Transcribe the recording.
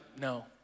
no